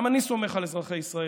גם אני סומך על אזרחי ישראל.